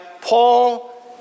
Paul